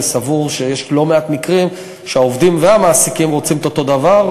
אני סבור שיש לא מעט מקרים שהעובדים והמעסיקים רוצים את אותו דבר,